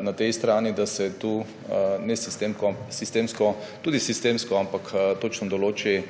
na tej strani, da se tu nesistemsko, tudi sistemsko, ampak točno določijo